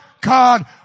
God